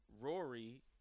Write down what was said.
Rory